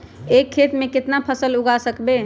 एक खेत मे केतना फसल उगाय सकबै?